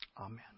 Amen